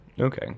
Okay